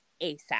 ASAP